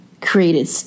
created